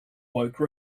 woke